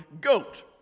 goat